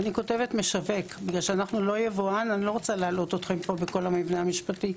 אני כותבת משווק כי אנחנו לא יבואן לא רוצה להלאות אתכם במבנה המשפטי.